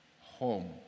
home